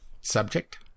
subject